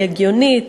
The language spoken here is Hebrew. היא הגיונית,